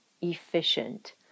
efficient